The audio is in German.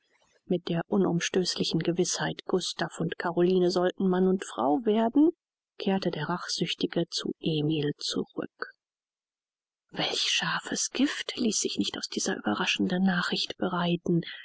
mit der unumstößlichen gewißheit gustav und caroline sollten mann und frau werden kehrte der rachsüchtige zu emil zurück welch scharfes gift ließ sich nicht aus dieser überraschenden nachricht bereiten